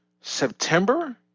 September